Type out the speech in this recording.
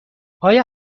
آیا